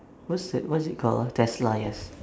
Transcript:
what's that what's it call ah tesla yes